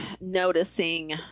noticing